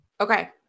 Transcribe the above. Okay